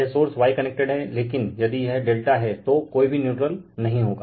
यह source Y connected हैं लेकिन यदि यह ∆ है तो कोई भी न्यूट्रल नही होगा